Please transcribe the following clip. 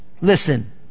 Listen